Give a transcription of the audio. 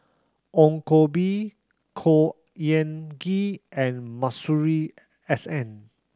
Ong Koh Bee Khor Ean Ghee and Masuri S N